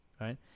right